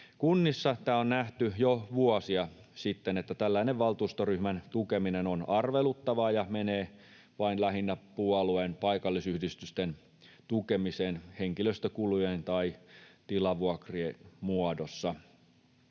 Kunnissa tämä on nähty jo vuosia sitten, että tällainen valtuustoryhmän tukeminen on arveluttavaa ja menee vain lähinnä puolueen paikallisyhdistysten tukemiseen henkilöstökulujen tai tilavuokrien muodossa.